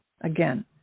again